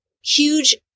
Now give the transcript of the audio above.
huge